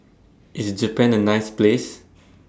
IS Japan A nice Place